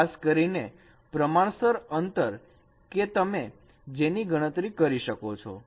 ખાસ કરીને પ્રમાણસર અંતર કે તમે જેની ગણતરી કરી શકો છો